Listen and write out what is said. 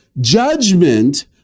judgment